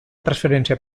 transferència